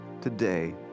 today